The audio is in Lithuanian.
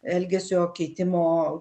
elgesio keitimo